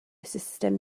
sustem